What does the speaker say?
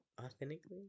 authentically